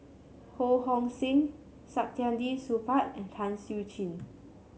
Ho Hong Sing Saktiandi Supaat and Tan Siew Sin